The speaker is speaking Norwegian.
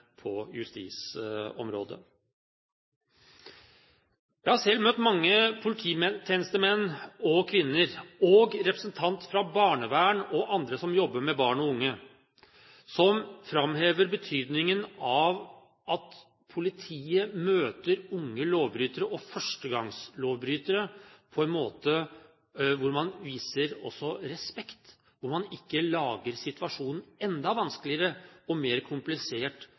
på justisområdet. Jeg har selv møtt mange polititjenestemenn og -kvinner og representanter fra barnevern og andre som jobber med barn og unge, som framhever betydningen av at politiet møter unge lovbrytere og førstegangslovbrytere på en måte hvor man viser også respekt, og hvor man ikke lager situasjonen enda vanskeligere og mer komplisert